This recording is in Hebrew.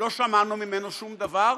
לא שמענו ממנו שום דבר,